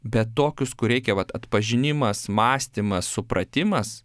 bet tokius kur reikia vat atpažinimas mąstymas supratimas